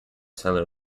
seller